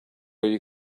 you